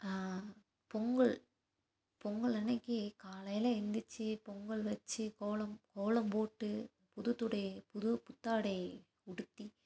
பொங்கல் பொங்கல் அன்றைக்கி காலையில் எழுந்திரிச்சி பொங்கல் வச்சு கோலம் கோலம் போட்டு புது துடை புது புத்தாடை உடுத்தி